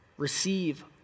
Receive